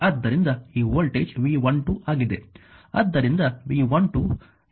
ಆದ್ದರಿಂದ ಈ voltage V12 ಆಗಿದೆ